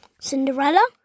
Cinderella